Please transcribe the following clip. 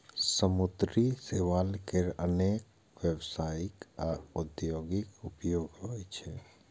समुद्री शैवाल केर अनेक व्यावसायिक आ औद्योगिक उपयोग होइ छै